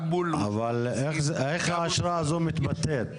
איך האשרה הזאת מתבטאת?